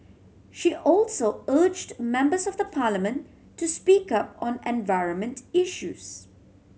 she also urged members of the Parliament to speak up on environment issues